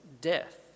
death